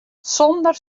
sonder